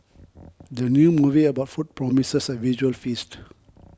the new movie about food promises a visual feast